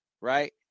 Right